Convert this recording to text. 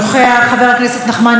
חבר הכנסת מוסי רז,